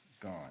gone